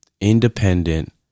independent